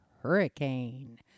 Hurricane